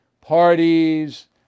parties